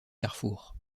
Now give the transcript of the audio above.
carrefour